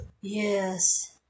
Yes